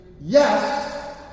yes